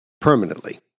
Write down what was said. permanently